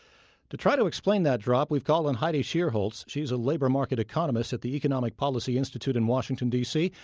to try to explain that drop, we've called on heidi shierholz. she's a labor market economist at the economic policy institute in washington, d c.